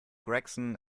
gregson